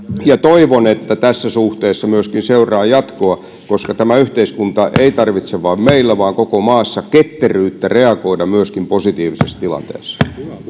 toivon että tässä suhteessa myöskin seuraa jatkoa koska tämä yhteiskunta ei tarvitse vain meillä vaan koko maassa ketteryyttä reagoida myöskin positiivisessa tilanteessa